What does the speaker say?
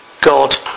God